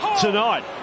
tonight